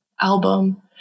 album